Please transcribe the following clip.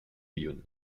hyun